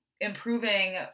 improving